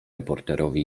reporterowi